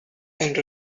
and